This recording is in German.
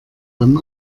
dann